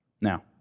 Now